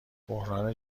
بحران